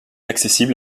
accessible